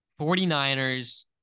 49ers